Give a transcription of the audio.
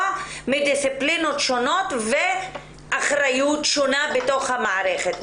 מדיסציפלינות שונות ואחריות שונה בתוך המערכת.